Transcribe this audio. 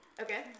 Okay